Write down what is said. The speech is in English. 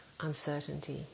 uncertainty